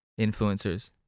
influencers